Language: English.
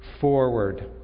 forward